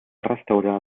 restaurar